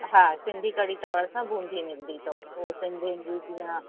हा सिंधी कढ़ी चावर सां बूंदी मिलंदी त उहो सिंधियुनि जी जीअं